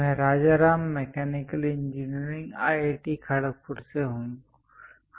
मैं Rajaram mechanical engineering IIT Kharagpur से हूँ